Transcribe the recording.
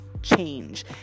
change